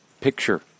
picture